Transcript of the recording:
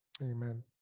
Amen